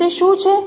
તેથી તે શું છે